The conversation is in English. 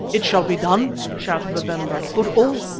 it shall be done, shouted babemba, but oh!